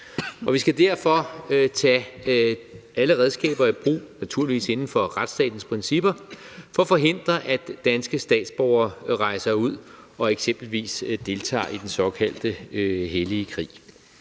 Vi skal derfor tage alle redskaber i brug – naturligvis inden for retsstatens principper – for at forhindre, at danske statsborgere rejser ud og eksempelvis deltager i den såkaldte hellige krig.